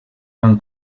van